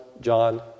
John